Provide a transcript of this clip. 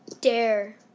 dare